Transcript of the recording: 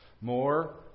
More